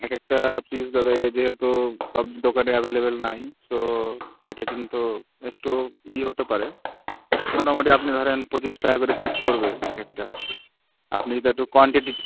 এক একটা পিস দাদা এটা যেহেতু সব দোকানে অ্যাভেলেবেল নাই সো এটা কিন্তু একটু ই হতে পারে মোটামুটি আপনি ধরেন পঁচিশ টাকা করে পিস পড়বে এক একটা আপনি যেটা একটু কোয়ান্টিটি